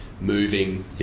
moving